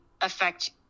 affect